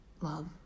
love